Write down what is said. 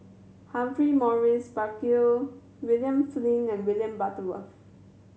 Humphrey Morrison Burkill William Flint and William Butterworth